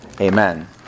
Amen